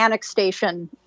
Station